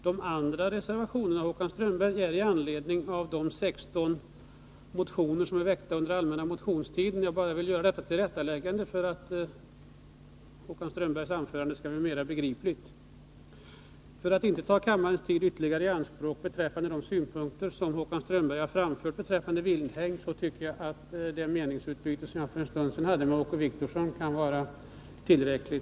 De andra reservationerna har framställts med anledning av de 16 motioner som är väckta under den allmänna motionstiden. Jag vill bara göra detta tillrättaläggande för att Håkan Strömbergs anförande skall bli mer begripligt. För att inte ta kammarens tid ytterligare i anspråk beträffande de synpunkter som Håkan Strömberg framförde beträffande vilthägn tycker jag att det meningsutbyte som jag för en stund sedan hade med Åke Wictorsson kan vara tillräckligt.